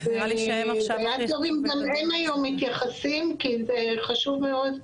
הם היום מתייחסים, כי זה חשוב מאוד ,